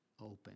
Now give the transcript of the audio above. open